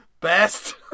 Best